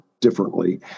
differently